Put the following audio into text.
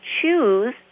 choose